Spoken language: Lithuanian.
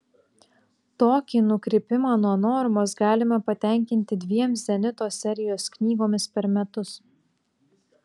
tokį nukrypimą nuo normos galime patenkinti dviem zenito serijos knygomis per metus